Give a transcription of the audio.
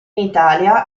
italia